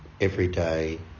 everyday